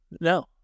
no